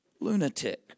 lunatic